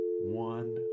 one